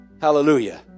Hallelujah